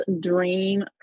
dream